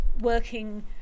working